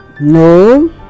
No